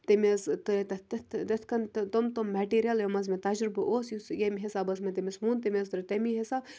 تٔمۍ حظ تِتھ کٔنۍ تم تِم میٚٹیٖریَل یِم حظ مےٚ تجرُبہٕ اوس یُس ییٚمہِ حِساب حظ مےٚ تٔمِس ووٚن تٔمۍ حظ ترٛٲو تٔمی حِساب